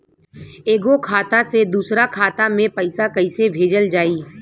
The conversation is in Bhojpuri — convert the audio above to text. एगो खाता से दूसरा खाता मे पैसा कइसे भेजल जाई?